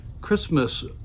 Christmas